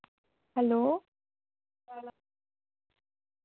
hello